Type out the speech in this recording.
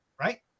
right